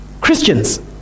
Christians